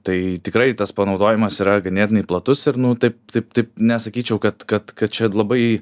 tai tikrai tas panaudojimas yra ganėtinai platus ir nu taip taip taip nesakyčiau kad kad kad čia labai